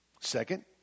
Second